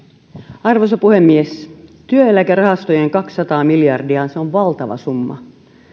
arvoisa puhemies työeläkerahastojen kaksisataa miljardia on valtava summa